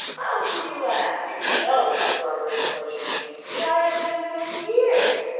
how can you ask? you know what a strawberry social means to me! i haven't missed one in years!